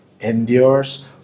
endures